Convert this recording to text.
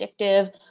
addictive